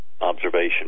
observation